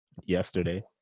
yesterday